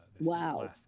Wow